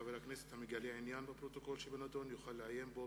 חבר הכנסת המגלה עניין בפרוטוקול שבנדון יוכל לעיין בו